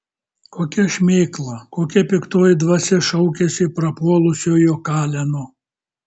kokia šmėkla kokia piktoji dvasia šaukiasi prapuolusiojo kaleno